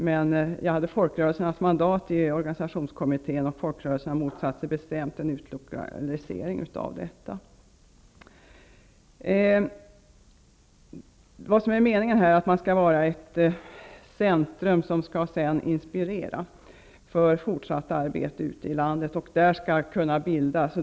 Men jag hade folkrörelsernas mandat i organisationskommittén, och folkrörelserna motsatte sig bestämt en utlokalisering till Umeå. Meningen är att det skall vara ett centrum som kan inspirera för fortsatt arbete ute i landet.